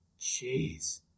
Jeez